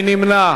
מי נמנע?